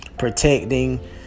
protecting